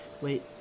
Wait